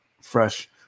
fresh